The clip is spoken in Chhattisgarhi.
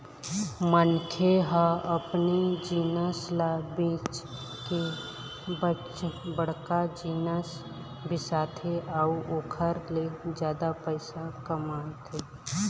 मनखे ह अपने जिनिस ल बेंच के बड़का जिनिस बिसाथे अउ ओखर ले जादा पइसा कमाथे